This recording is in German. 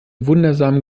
wundersamen